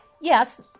Yes